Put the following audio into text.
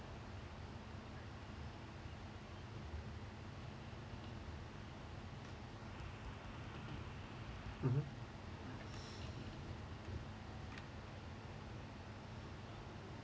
mmhmm